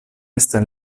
estas